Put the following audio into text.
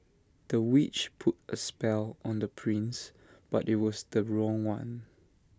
the witch put A spell on the prince but IT was the wrong one